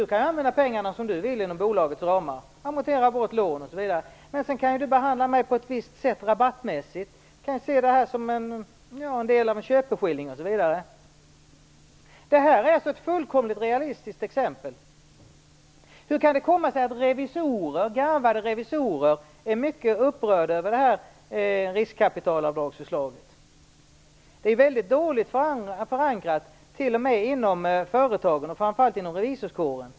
Du kan använda de pengarna som du vill inom bolagets ramar, till att amortera av lån osv., men sedan kan du behandla mig på ett visst sätt rabattmässigt. Du kan se det hela som en del av köpeskillingen. Det här är ett fullt realistiskt exempel. Hur kan det komma sig att garvade revisorer är mycket upprörda över det här förslaget om avdrag för riskkapital? Det är mycket dåligt förankrat, både inom företagen och framför allt inom revisorskåren.